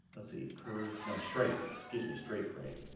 let's see curve, no straight. excuse me, straight gray.